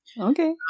okay